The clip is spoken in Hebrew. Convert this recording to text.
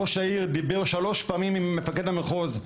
ראש העיר דיבר שלוש פעמים עם מפקד המחוז,